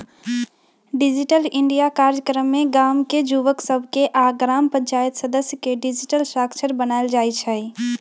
digital India काजक्रम में गाम के जुवक सभके आऽ ग्राम पञ्चाइत सदस्य के डिजिटल साक्षर बनाएल जाइ छइ